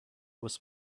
was